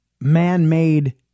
man-made